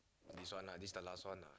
this one lah this the last one lah